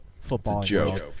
Football